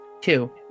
two